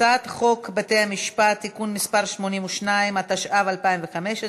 הצעת חוק בתי-המשפט (תיקון מס' 82), התשע"ו 2015,